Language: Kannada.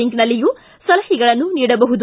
ಲಿಂಕ್ನಲ್ಲಿಯೂ ಸಲಹೆಗಳನ್ನು ನೀಡಬಹುದು